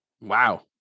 Wow